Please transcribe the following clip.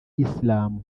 islam